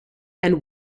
and